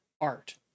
art